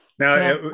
Now